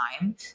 time